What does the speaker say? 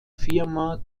firma